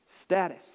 status